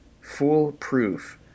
Foolproof